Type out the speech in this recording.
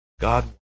God